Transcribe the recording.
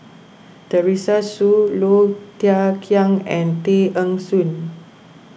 Teresa Hsu Low Thia Khiang and Tay Eng Soon